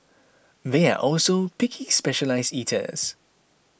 they are also picky specialised eaters